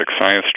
science